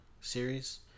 series